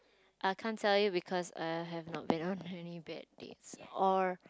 I can't tell you because I have not been on any bad dates or